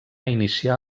iniciar